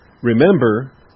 remember